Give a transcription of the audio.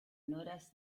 noticed